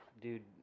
dude